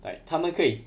like 他们可以